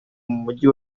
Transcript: mujyi